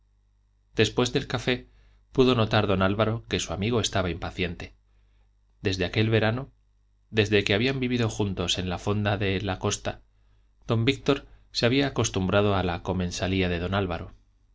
después del café pudo notar don álvaro que su amigo estaba impaciente desde aquel verano desde que habían vivido juntos en la fonda de la costa don víctor se había acostumbrado a la comensalía de don álvaro le